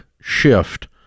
shift